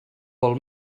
vol